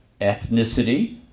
ethnicity